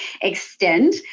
extend